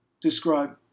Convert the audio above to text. Describe